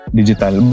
digital